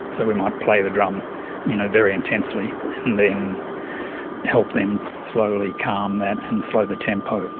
so we might play the drum you know very intensely and then help them slowly calm that and slow the tempo,